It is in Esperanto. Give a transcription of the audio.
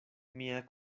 mia